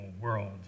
world